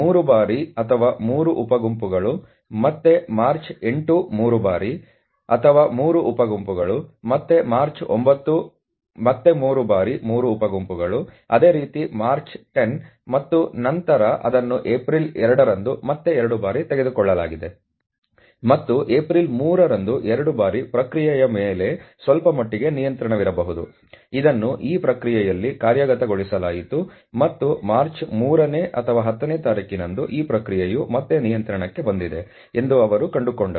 3 ಬಾರಿ ಅಥವಾ 3 ಉಪ ಗುಂಪುಗಳು ಮತ್ತೆ ಮಾರ್ಚ್ 8 3 ಬಾರಿ ಅಥವಾ 3 ಉಪ ಗುಂಪುಗಳು ಮತ್ತೆ ಮಾರ್ಚ್ 9 ಮತ್ತೆ 3 ಬಾರಿ 3 ಉಪ ಗುಂಪುಗಳು ಅದೇ ರೀತಿ ಮಾರ್ಚ್ 10 ಮತ್ತು ನಂತರ ಅದನ್ನು ಏಪ್ರಿಲ್ 2 ರಂದು ಮತ್ತೆ 2 ಬಾರಿ ತೆಗೆದುಕೊಳ್ಳಲಾಗಿದೆ ಮತ್ತು ಏಪ್ರಿಲ್ 3 ರಂದು 2 ಬಾರಿ ಪ್ರಕ್ರಿಯೆಯ ಮೇಲೆ ಸ್ವಲ್ಪ ಮಟ್ಟಿಗೆ ನಿಯಂತ್ರಣವಿರಬಹುದು ಇದನ್ನು ಈ ಪ್ರಕ್ರಿಯೆಯಲ್ಲಿ ಕಾರ್ಯಗತಗೊಳಿಸಲಾಯಿತು ಮತ್ತು ಮಾರ್ಚ್ 3ನೇ ಅಥವಾ 10ನೇ ತಾರೀಖಿನಂದು ಈ ಪ್ರಕ್ರಿಯೆಯು ಮತ್ತೆ ನಿಯಂತ್ರಣಕ್ಕೆ ಬಂದಿದೆ ಎಂದು ಅವರು ಕಂಡುಕೊಂಡರು